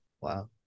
Wow